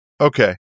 Okay